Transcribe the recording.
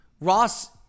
Ross